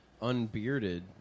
unbearded